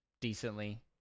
decently